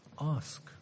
ask